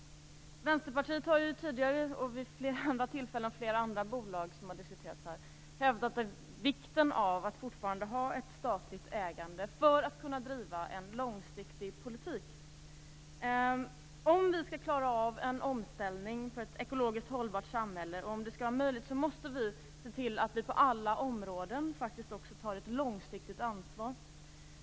Vänsterpartiet har tidigare vid flera tillfällen, när andra bolag har diskuterats, hävdat vikten av att fortfarande ha ett statligt ägande för att kunna driva en långsiktig politik. Om vi skall klara av en omställning för ett ekologiskt hållbart samhälle, och om det skall vara möjligt, måste vi se till att på alla områden ta ett långsiktigt ansvar.